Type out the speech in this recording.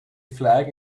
flag